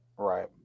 Right